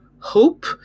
hope